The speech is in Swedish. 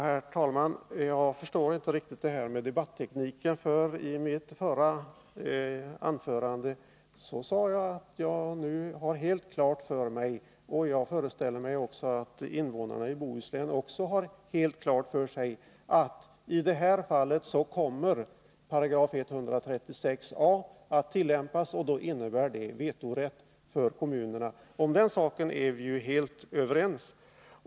Herr talman! Jag förstår inte riktigt resonemanget om debattekniken. I mitt förra anförande sade jag ju att jag nu har helt klart för mig — och jag föreställer mig att också invånarna i Bohuslän har helt klart för sig — att 136 a § kommer att tillämpas i det här fallet, och då innebär det vetorätt för kommunerna. Om den saken är vi ju helt överens.